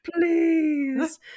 please